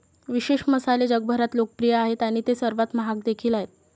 विशेष मसाले जगभरात लोकप्रिय आहेत आणि ते सर्वात महाग देखील आहेत